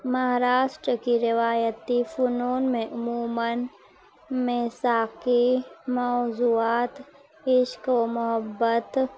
مہاراشٹر کی روایتی فنون میں عموماً میساکی موضوعات عشق و محبت